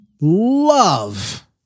love